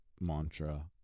mantra